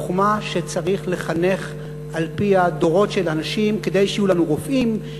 החוכמה שצריך לחנך על-פיה דורות של אנשים כדי שיהיו לנו רופאים,